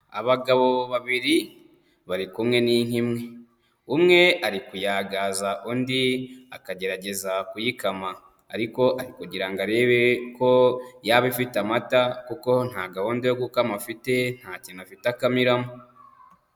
Abagabo babiri bari kumwe n'inka imwe, umwe ari kuyagaza undi akagerageza kuyikama ariko ari kugira ngo arebe ko yaba ifite amata kuko nta gahunda yo gukama afite nta kintu afite akamiramo.